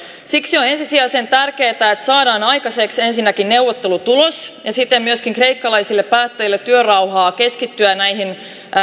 siksi on ensisijaisen tärkeätä että saadaan aikaiseksi ensinnäkin neuvottelutulos ja siten myöskin kreikkalaisille päättäjille työrauha keskittyä näihin